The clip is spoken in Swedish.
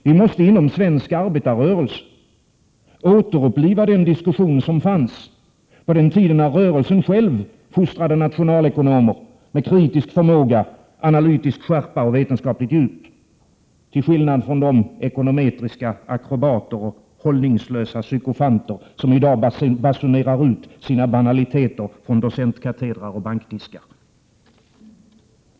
Vi måste inom svensk arbetarrörelse återuppliva den diskussion som fanns på den tiden då rörelsen själv fostrade nationalekonomer med kritisk förmåga, analytisk skärpa och vetenskapligt djup — till skillnad från de ekonometriska akrobater och hållningslösa sykofanter som i dag basunerar ut sina banaliteter från docentkatedrar och bankdiskar.